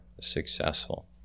successful